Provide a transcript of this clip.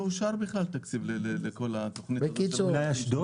לא אושר בכלל תקציב לכל התוכנית הזו